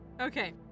Okay